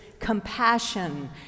compassion